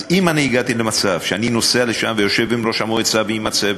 אז אם אני הגעתי למצב שאני נוסע לשם ויושב עם ראש המועצה ועם הצוות,